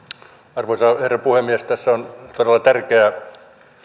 arvoisa herra puhemies tässä on esillä todella tärkeä